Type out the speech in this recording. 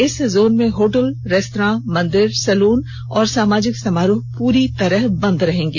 इस जोन में होटल रेस्तरा मंदिर सैल्रन और सामाजिक समारोह पूरी तरह बंद रहेंगे